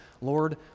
Lord